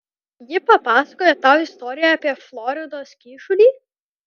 ji papasakojo tau istoriją apie floridos kyšulį